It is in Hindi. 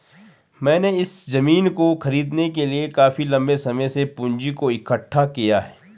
मैंने इस जमीन को खरीदने के लिए काफी लंबे समय से पूंजी को इकठ्ठा किया है